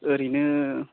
ओरैनो